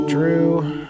Drew